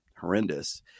horrendous